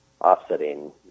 offsetting